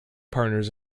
partners